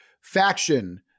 faction